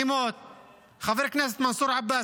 כל משפחה מאיתנו תרגיש את זה,